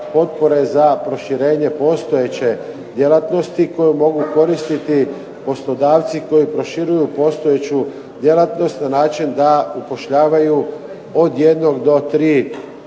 za proširenje postojeće djelatnosti koju mogu koristiti poslodavci koji proširuju postojeću djelatnost na način da upošljavaju od jednog do tri hrvatska